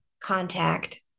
contact